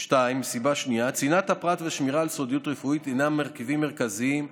סיבה שנייה: צנעת הפרט ושמירה על סודיות רפואית הינן מרכיבים מרכזיים,